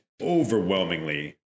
overwhelmingly